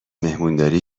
مهمونداری